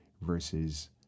versus